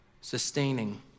sustaining